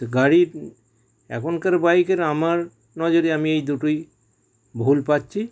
তো গাড়ির এখনকার বাইকের আমার নজরে আমি এই দুটোই ভুল পাচ্ছি